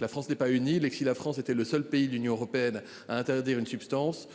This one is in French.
La France n'est pas une île et que si la France était le seul pays de l'Union européenne à interdire une substance